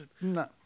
No